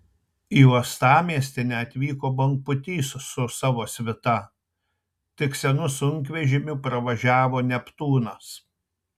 į uostamiestį neatvyko bangpūtys su savo svita tik senu sunkvežimiu pravažiavo neptūnas